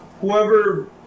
whoever